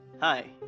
Hi